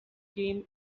came